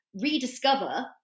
rediscover